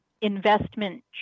investment